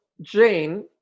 Jane